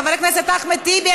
חבר הכנסת אחמד טיבי,